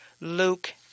Luke